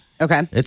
Okay